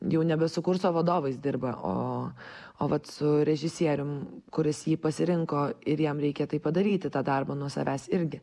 jau nebe su kurso vadovais dirba o o vat su režisierium kuris jį pasirinko ir jam reikia tai padaryti tą darbą nuo savęs irgi